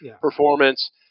performance